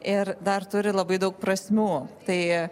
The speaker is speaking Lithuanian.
ir dar turi labai daug prasmių tai